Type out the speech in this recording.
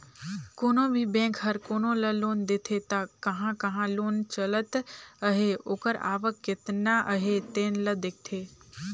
कोनो भी बेंक हर कोनो ल लोन देथे त कहां कहां लोन चलत अहे ओकर आवक केतना अहे तेन ल देखथे